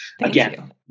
again